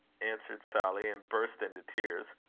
answered sally, and burst into tears.